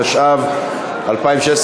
התשע"ו 2016,